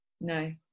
No